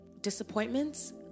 disappointments